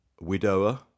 widower